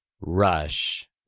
Rush